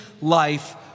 life